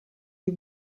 die